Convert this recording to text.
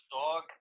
dog